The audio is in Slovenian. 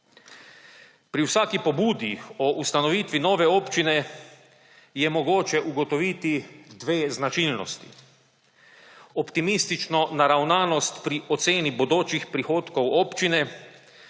Pri vsaki pobudi o ustanovitvi nove občine je mogoče ugotoviti dve značilnosti: optimistično naravnanost pri oceni bodočih prihodkov občine